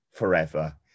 forever